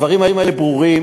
הדברים האלה ברורים,